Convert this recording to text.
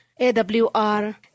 AWR